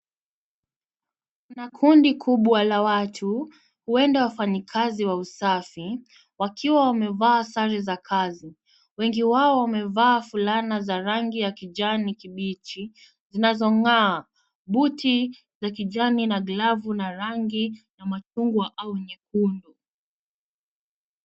Kuna kundi kubwa la watu huenda wafanyikazi wa usafi, wakiwa wamevaa sare za kazi. Wengi wao wamevaa fulana za rangi ya kijani kibichi zinazong'aa buti za kijani na glavu ya rangi ya machungwa au nyekundu.